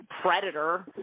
predator